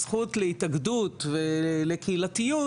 הזכות להתאגדות ולקהילתיות,